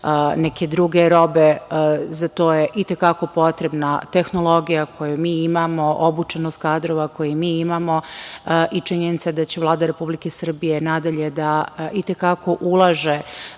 neke druge robe. Za to je i te kako potrebna tehnologija koju mi imamo, obučenost kadrova koju mi imamo i činjenica da će Vlada Republike Srbije nadalje i te kako da ulaže